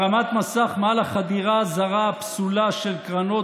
הרמת מסך מעל החדירה הזרה הפסולה של קרנות